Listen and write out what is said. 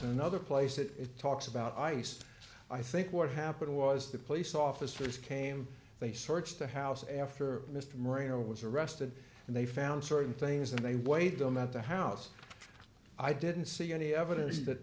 in another place that it talks about ice i think what happened was the police officers came they searched the house after mr marino was arrested and they found certain things and they weighed them at the house i didn't see any evidence that